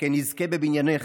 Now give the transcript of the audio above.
כן נזכה בבניינך,